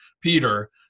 peter